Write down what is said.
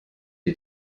die